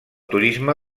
turisme